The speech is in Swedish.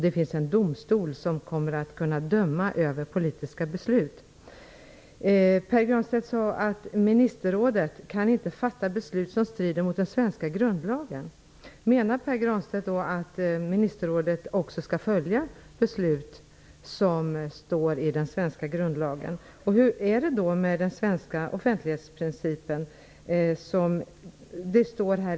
Det finns en domstol som kommer att kunna döma över politiska beslut. Pär Granstedt sade att ministerrådet inte kan fatta betslut som strider mot den svenska grundlagen. Menar han då att ministerrådet också skall följa beslut som står i den svenska grundlagen? Hur är det med den svenska offentlighetsprincipen?